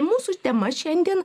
mūsų tema šiandien